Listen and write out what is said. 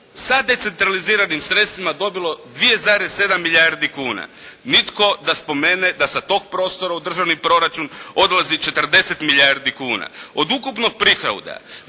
sa decentraliziranim sredstvima dobilo 2,7 milijardi kuna. Nitko da spomene da sa tog prostora u državni proračun odlazi 40 milijardi kuna. Od ukupnog prihoda